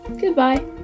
goodbye